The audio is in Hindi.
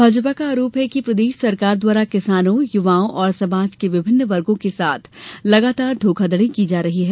भाजपा का आरोप है कि प्रदेश सरकार द्वारा किसानों युवाओं और समाज के विभिन्न वर्गो के साथ लगातार धोखाधड़ी की जा रही है